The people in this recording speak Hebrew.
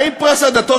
האם פרס הדתות,